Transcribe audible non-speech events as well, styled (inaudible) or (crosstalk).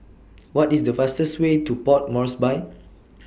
(noise) What IS The fastest Way to Port Moresby